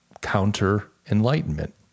counter-enlightenment